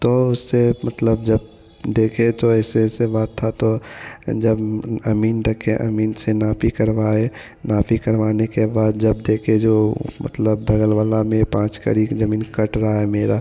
तो उससे मतलब जब देखे तो ऐसे ऐसे बात था तो जब अमीन देखे अमीन से नापी करवाए नापी करवाने के बाद जब देखे जो ओ मतलब बगल वाला में पाँच कड़ी की ज़मीन कट रहा है मेरा